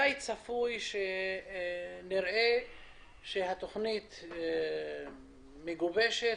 מתי צפוי שנראה שהתכנית מגובשת